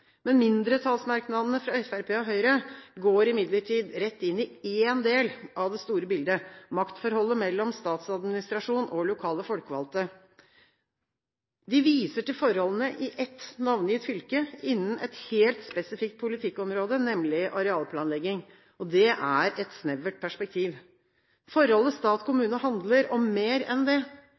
Mindretallsmerknadene fra Fremskrittspartiet og Høyre går imidlertid rett inn i én del av det store bildet: maktforholdet mellom statsadministrasjonen og de lokale folkevalgte. De viser til forholdene i ett navngitt fylke, innen et helt spesifikt politikkområde, nemlig arealplanlegging. Det er et snevert perspektiv. Forholdet mellom stat og kommune handler om mer enn det.